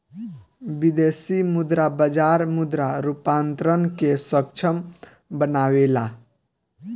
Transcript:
विदेशी मुद्रा बाजार मुद्रा रूपांतरण के सक्षम बनावेला